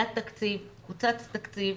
היה תקציב, קוצץ תקציב.